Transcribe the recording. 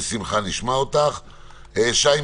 נשמע אותך בשמחה.